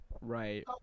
Right